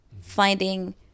finding